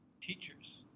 teachers